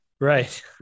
Right